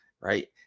Right